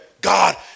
God